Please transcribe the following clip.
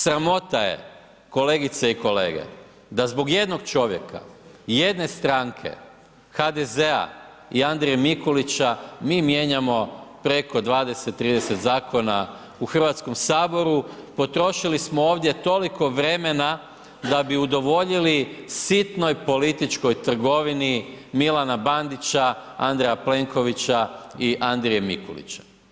Sramota je kolegice i kolege da zbog jednog čovjeka, jedne stranke, HDZ-a i Andrije Mikulića mi mijenjamo preko 20, 30 zakona u Hrvatskom saboru, potrošili smo ovdje toliko vremena, da bi udovoljili sitnoj političkoj trgovini, Milana Bandića, Andrija Plenkovića i Andrije Mikulića.